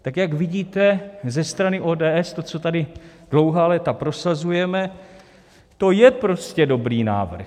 Tak jak vidíte ze strany ODS to, co tady dlouhá léta prosazujeme, to je prostě dobrý návrh.